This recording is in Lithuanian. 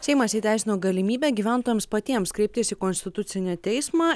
seimas įteisino galimybę gyventojams patiems kreiptis į konstitucinį teismą